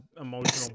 emotional